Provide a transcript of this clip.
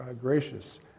gracious